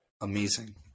amazing